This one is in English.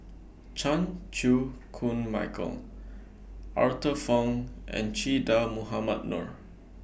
Chan Chew Koon Michael Arthur Fong and Che Dah Mohamed Noor